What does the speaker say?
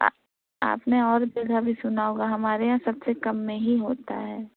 آپ نے اور جگہ بھی سنا ہوگا ہمارے یہاں سب سے کم میں ہی ہوتا ہے